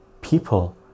people